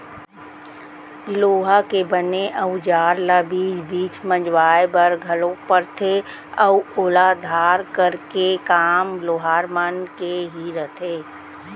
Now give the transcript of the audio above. लोहा के बने अउजार ल बीच बीच पजवाय बर घलोक परथे अउ ओला धार करे के काम लोहार मन ही करथे